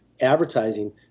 advertising